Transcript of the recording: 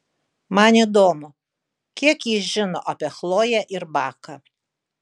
man įdomu kiek jis žino apie chloję ir baką